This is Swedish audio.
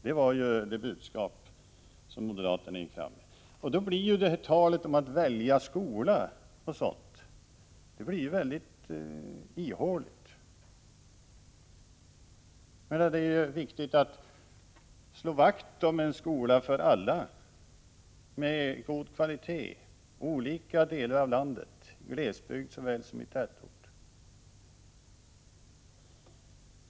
Det var det budskap som moderaterna gick fram med. Då blir talet om att välja skola och sådant väldigt ihåligt. Det är ju viktigt att slå vakt om en skola för alla med god kvalitet i olika delar av landet, i glesbygd såväl som i tätort.